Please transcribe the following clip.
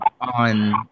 on